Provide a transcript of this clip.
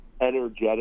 energetic